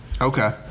Okay